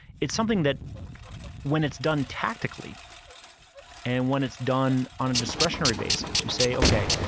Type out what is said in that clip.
it's something that when it's done tactically and when it's done on a discretionary basis, you say, okay,